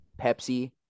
Pepsi